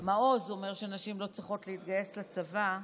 מעוז אומר שנשים לא צריכות להתגייס לצבא.